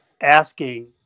asking